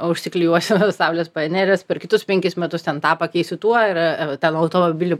užsiklijuosiu saulės paneles per kitus penkis metus ten tą pakeisiu tuo ir ten automobilių